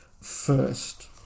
first